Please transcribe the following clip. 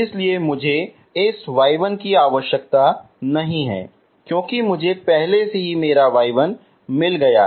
इसलिए मुझे इस y1 की आवश्यकता नहीं है क्योंकि मुझे पहले से ही मेरा y1 मिल गया है